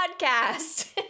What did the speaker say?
podcast